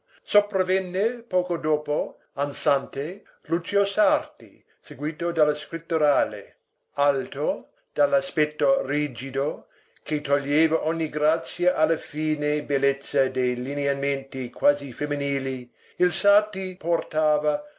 sopravvenne poco dopo ansante lucio sarti seguito dallo scritturale alto dall'aspetto rigido che toglieva ogni grazia alla fine bellezza dei lineamenti quasi femminili il sarti portava